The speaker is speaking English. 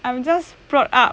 I just brought up